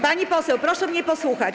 Pani poseł, proszę mnie posłuchać.